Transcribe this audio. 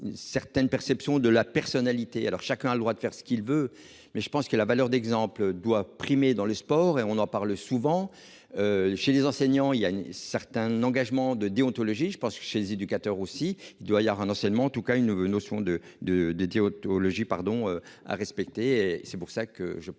Certaine perception de la personnalité. Alors chacun a le droit de faire ce qu'il veut mais je pense que la valeur d'exemple doit primer dans le sport et on en parle souvent. Chez les enseignants, il y a certes un engagement de déontologie, je pense chez les éducateurs aussi il doit y avoir un enseignement en tout cas une notion de de de déontologie pardon à respecter et c'est pour ça que je pense